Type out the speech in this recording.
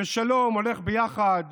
ושלום הולכים ביחד